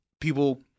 people